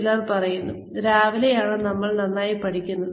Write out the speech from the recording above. ചിലർ പറയുന്നു രാവിലെയാണ് നമ്മൾ നന്നായി പഠിക്കുന്നത്